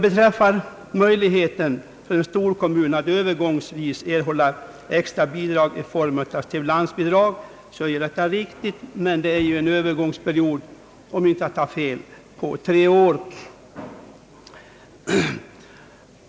Beträffande möjligheterna för en storkommun att under en övergångstid erhålla extra bidrag i form av stimulansbidrag så gäller ju detta en övergångsperiod på tre år, om jag inte har fel.